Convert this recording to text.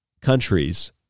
countries